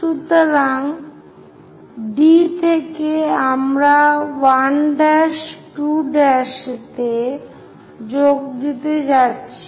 সুতরাং D থেকেও আমরা 1 ' 2' তে যোগ দিতে যাচ্ছি